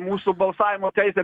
mūsų balsavimo teisę